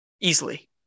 Easily